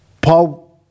Paul